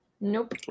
Nope